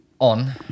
on